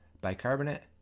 bicarbonate